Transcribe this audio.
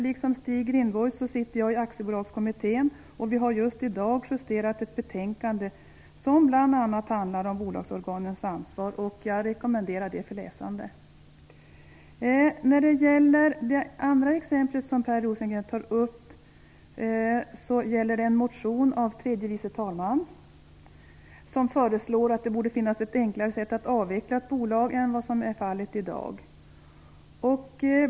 Liksom Stig Rindborg sitter jag i Aktiebolagskommittén, och vi har just i dag justerat ett betänkande som bl.a. handlar om bolagsorganens ansvar. Jag rekommenderar det till läsning. Per Rosengren tar också upp en motion av tredje vice talmannen, i vilken föreslås att det borde finnas ett enklare sätt att avveckla ett bolag än vad som är fallet i dag.